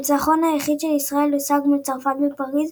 הניצחון היחיד של ישראל הושג מול צרפת בפריז,